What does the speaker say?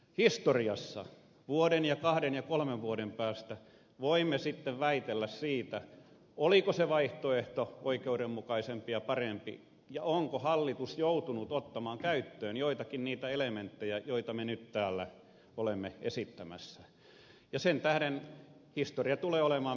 historiassa vuoden ja kahden ja kolmen vuoden päästä voimme sitten väitellä siitä oliko se vaihtoehto oikeudenmukaisempi ja parempi ja onko hallitus joutunut ottamaan käyttöön joitakin niistä elementeistä joita me nyt täällä olemme esittämässä ja sen tähden historia tulee olemaan mielenkiintoinen